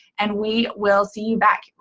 and we will see you back,